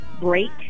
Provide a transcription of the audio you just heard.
break